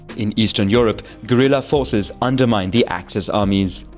in eastern europe, guerilla forces undermine the axis armies.